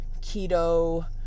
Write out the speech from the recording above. keto